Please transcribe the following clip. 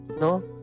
no